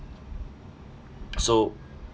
so